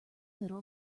middle